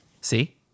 see